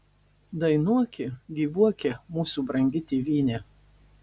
dainuoki gyvuoki mūsų brangi tėvyne